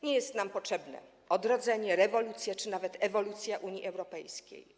Nie są nam potrzebne odrodzenie, rewolucja czy nawet ewolucja Unii Europejskiej.